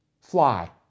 Fly